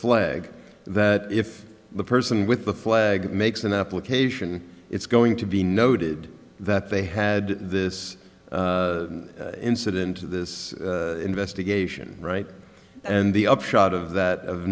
flag that if the person with the flag makes an application it's going to be noted that they had this incident of this investigation right and the upshot of that